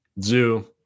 Zoo